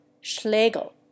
Schlegel